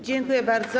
Dziękuję bardzo.